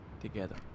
together